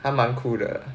他蛮酷的